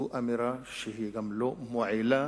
זו אמירה שגם לא מועילה